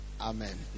Amen